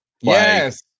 yes